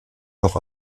noch